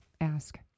ask